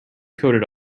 coated